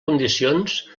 condicions